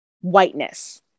whiteness